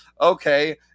okay